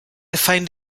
found